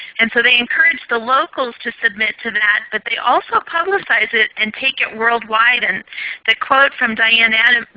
and so they encouraged the locals to submit to that, but they also publicize it and take it worldwide. and the quote from diane adams,